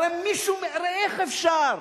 הרי איך אפשר?